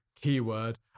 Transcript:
keyword